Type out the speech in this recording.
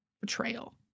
betrayal